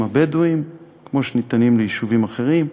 הבדואיים כמו שהם ניתנים ליישובים אחרים.